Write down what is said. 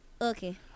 Okay